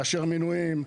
מאשר מינויים,